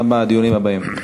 גם בדיונים הבאים.